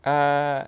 uh